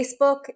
Facebook